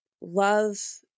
love